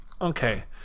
okay